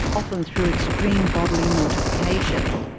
often through extreme bodily mortification.